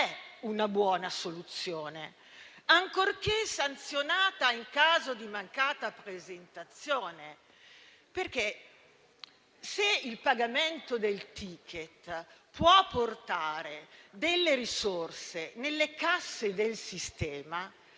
una buona soluzione, ancorché sanzionata in caso di mancata presentazione. Se il pagamento del *ticket* può portare delle risorse nelle casse del sistema,